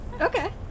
Okay